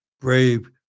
brave